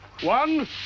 One